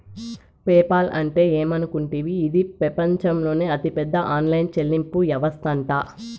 PayPal అంటే ఏమనుకుంటివి, ఇది పెపంచంలోనే అతిపెద్ద ఆన్లైన్ చెల్లింపు యవస్తట